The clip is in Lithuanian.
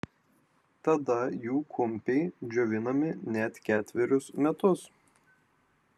tada jų kumpiai džiovinami net ketverius metus